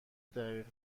دقیق